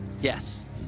Yes